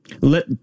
Let